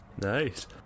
Nice